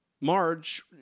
Marge